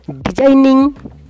designing